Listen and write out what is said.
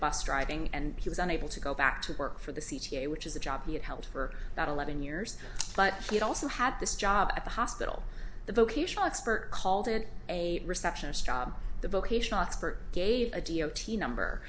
bus driving and he was unable to go back to work for the c t a which is job he'd held for about eleven years but he also had this job at the hospital the vocational expert called it a receptionist job the vocational expert gave a d o t number